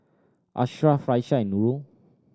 Ashraf Raisya and Nurul